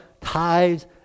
tithes